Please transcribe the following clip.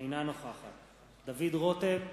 אינה נוכחת דוד רותם,